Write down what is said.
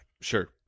Sure